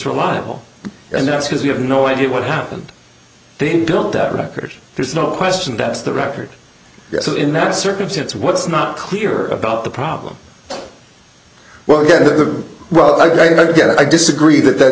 reliable and that's because we have no idea what happened they don't record there's no question that's the record so in that circumstance what's not clear about the problem well again well i guess i disagree that th